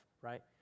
right